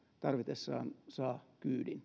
tarvitessaan saa kyydin